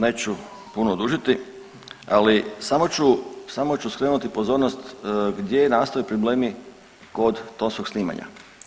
Neću puno dužiti, ali samo ću, samo ću skrenuti pozornost gdje nastaju problemi kod tonskog snimanja.